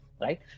right